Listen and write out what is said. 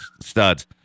studs